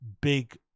big